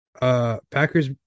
Packers